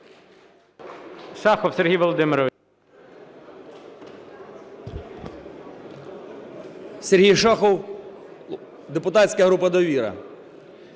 Сергій Шахов, Депутатська група "Довіра".